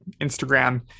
Instagram